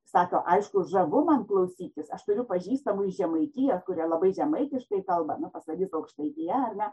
sako aišku žavu man klausytis aš turiu pažįstamų iš žemaitijos kurie labai žemaitiškai kalba na pastatys aukštaitija ar ne